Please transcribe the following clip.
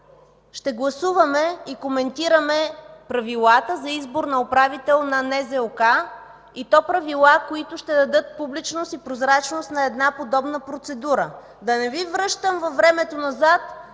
ще гласуваме и коментираме Правилата за избор на управител на НЗОК, и то правила, които ще дадат публичност и прозрачност на една подобна процедура. Да не Ви връщам към времето назад,